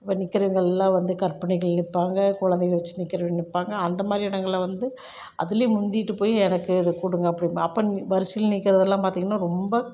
but நிற்கிறவங்க எல்லாம் வந்து கர்ப்பிணிகள் நிற்பாங்க குழந்தைய வெச்சிட்டு நிக்கிறவங்க நிற்பாங்க அந்த மாதிரி இடங்கள்ல வந்து அதுலேயும் முந்திட்டு போய் எனக்கு இது கொடுங்க அப்படின்னு அப்பன்னா வரிசையில் நிக்கிறதெல்லாம் பார்த்தீங்கன்னா ரொம்ப